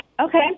Okay